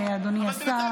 אדוני השר.